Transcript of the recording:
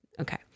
Okay